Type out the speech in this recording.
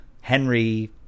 Henry